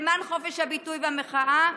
למען חופש הביטוי והמחאה,